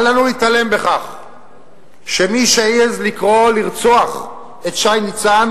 אל לנו להתעלם מכך שמי שהעז לקרוא לרצוח את שי ניצן